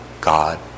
God